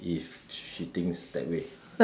if she thinks that way